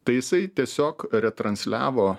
tai jisai tiesiog retransliavo